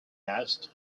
asked